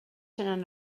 seran